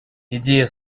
идея